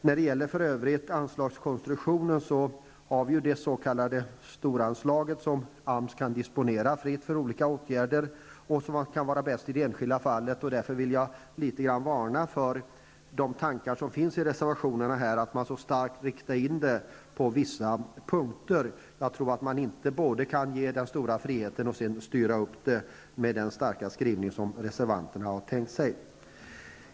När det för övrigt gäller anslagskonstruktionen har vi ''storanslaget'' som AMS kan disponera fritt för olika åtgärder som är bäst i det enskilda fallet. Jag vill därför varna litet för de tankar som finns i reservationerna om att så starkt rikta in anslaget på vissa punkter. Jag tror inte att man både kan ge en så stor frihet och sedan styra det med en så stark skrivning som reservanterna har tänkt sig.